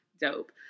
dope